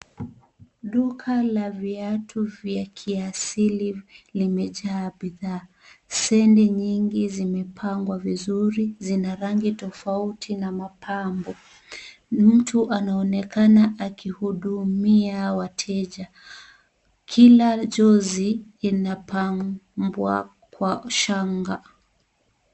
Duka la viatu vya kiasili limejaa bidhaa. Seni nyingi zimepangwa vizuri, zina rangi tofauti na mapambo. Mtu anaonekana akihudumia wateja. Kila jozi inapambwa kwa shanga.